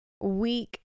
week